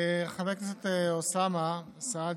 חבר הכנסת אוסאמה סעדי,